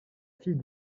fille